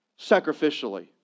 sacrificially